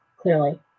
clearly